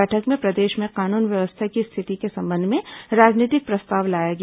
बैठक में प्रदेश में कानून व्यवस्था की स्थिति के संबंध में राजनीतिक प्रस्ताव लाया गया